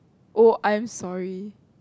oh I'm sorry